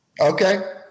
Okay